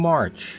March